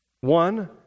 One